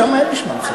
שם אין משמעת סיעתית.